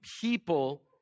people